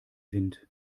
wind